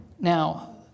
Now